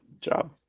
job